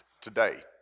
today